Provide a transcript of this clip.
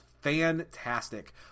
fantastic